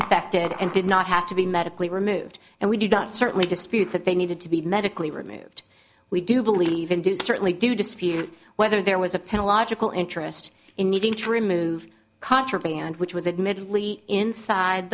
infected and did not have to be medically removed and we did not certainly dispute that they needed to be medically removed we do believe in do certainly do dispute whether there was a pen a logical interest in needing to remove contraband which was admittedly inside